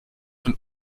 und